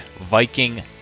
Viking